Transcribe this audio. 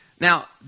Now